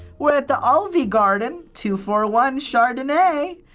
we're at the olvie garden. two four one chardonnay.